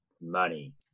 money